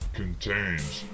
contains